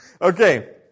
Okay